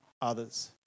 others